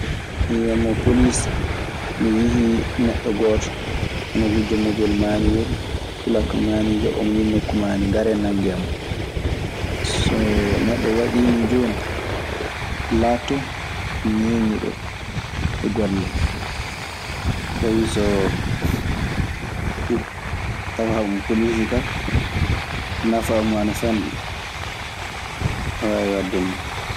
Mi wiyan mo "poliisi, mi yi'ii neɗɗo gooto ana wujja mobel maaniwel… So neɗɗo waɗii nii jooni, laatoto ñeeñuɗo e golle. Fay soo tawaama pooliisi ka, nafaa muuɗun ana fanɗi, ne waawi wadde non."